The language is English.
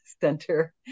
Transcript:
center